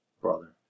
Brother